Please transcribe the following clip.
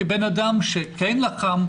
כבן אדם שכן לחם,